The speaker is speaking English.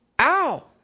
ow